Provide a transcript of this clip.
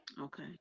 Okay